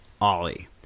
Ollie